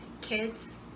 Kids